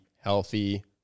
healthy